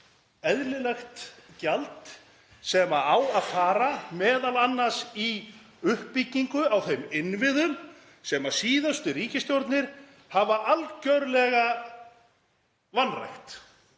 eðlilegt gjald sem á að fara m.a. í uppbyggingu á þeim innviðum sem síðustu ríkisstjórnir hafa algerlega vanrækt,